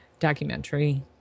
documentary